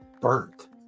burnt